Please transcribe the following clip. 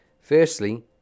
Firstly